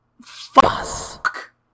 fuck